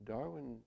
Darwin